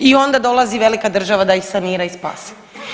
I onda dolazi velika država da ih sanira i spasi.